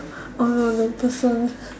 oh no no the person